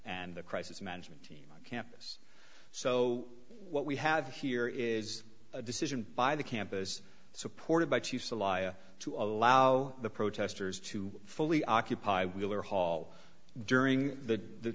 and the crisis management team on campus so what we have here is a decision by the campus supported by chiefs elia to allow the protesters to fully occupy wheeler hall during the